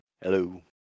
Hello